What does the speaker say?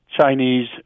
Chinese